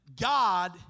God